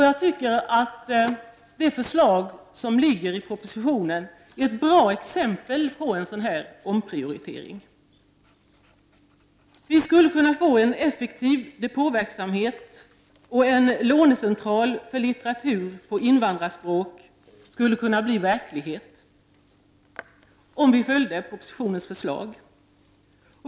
Jag tycker att det förslag som ligger i propositionen är ett bra exempel på en sådan omprioritering. Vi skulle kunna få en effektiv depåverksamhet, och en lånecentral för litteratur på invandrarspråk skulle kunna bli verklighet, om riksdagen följer propositionens förslag.